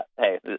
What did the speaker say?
hey